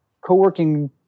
co-working